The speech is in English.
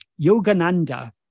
Yogananda